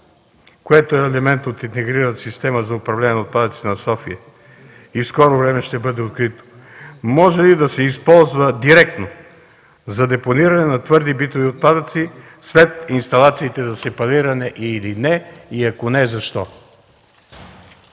което е елемент от интегрираната система за управление на отпадъците на София и в скоро време ще бъде открит, може ли да се използва директно за депониране на твърди битови отпадъци след инсталациите за сепариране или не и, ако не – защо?